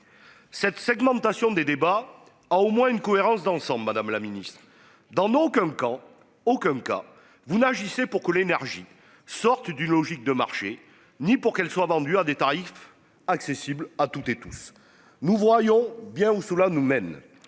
Cette segmentation des débats à au moins une cohérence d'ensemble Madame la Ministre dans nos comme qu'en aucun cas vous n'agissez pour que l'énergie sorte d'une logique de marché, ni pour qu'elles soient vendues à des tarifs accessibles à toutes et tous, nous voyons bien ou sous la nous mène